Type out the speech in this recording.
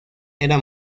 era